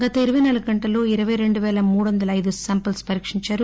గత ఇరపై నాలుగు గంటల్లో ఇరపై రెండు పేల మూడు వందల అయిదు శాంపిల్స్ పరీకించారు